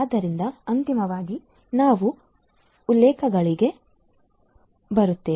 ಆದ್ದರಿಂದ ಅಂತಿಮವಾಗಿ ನಾವು ಉಲ್ಲೇಖಗಳಿಗೆ ಬರುತ್ತೇವೆ